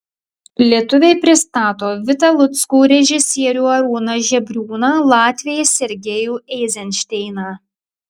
lietuviai pristato vitą luckų režisierių arūną žebriūną latviai sergejų eizenšteiną